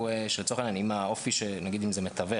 שאם זה מתווך,